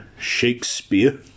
Shakespeare